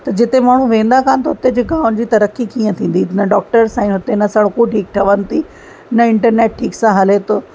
त जिते माण्हू वेंदा कोन त हुते जे गाम जी तरक़ी कीअं थींदी न डॉक्टर्स आहिनि हुते न सड़कूं ठीकु ठहनि थी न इंटरनेट ठीक सां हले थो